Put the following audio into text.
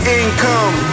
income